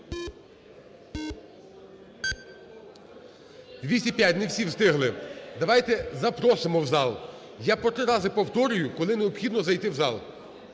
За-205 Не всі встигли. Давайте запросимо в зал, я по три рази повторюю, коли необхідно зайти в зал.